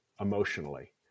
emotionally